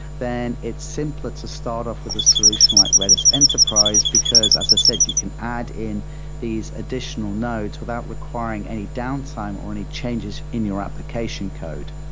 then it's simpler to start off with a solution like redis enterprise, because as a said, you can add in these additional notes without requiring any downtime or any changes in your application code.